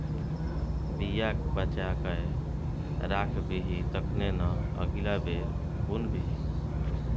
बीया बचा कए राखबिही तखने न अगिला बेर बुनबिही